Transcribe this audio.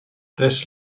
this